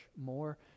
more